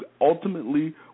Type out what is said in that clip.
ultimately